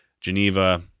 Geneva